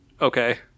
okay